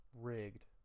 Rigged